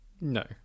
No